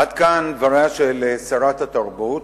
עד כאן דבריה של שרת התרבות.